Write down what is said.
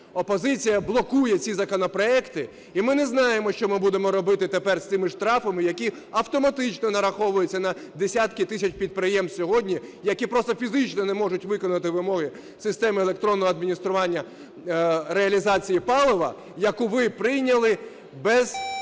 опозиція блокує ці законопроекти і ми не знаємо, що ми будемо робити тепер з цими штрафами, які автоматично нараховуються на десятки тисяч підприємств сьогодні, які просто фізично не можуть виконати вимоги системи електронного адміністрування реалізації паливу, яку ви прийняли без